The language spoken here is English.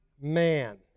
man